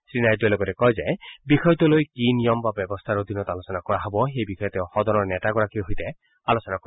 শ্ৰীনাইডুৱে লগতে কয় যে বিষয়টো লৈ কি নিয়ম বা ব্যৱস্থৰ অধীনত আলোচনা কৰা হ'ব সেই বিষয়ে তেওঁ সদনৰ নেতাগৰাকীৰ সৈতে আলোচনা কৰিব